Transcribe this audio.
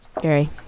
Gary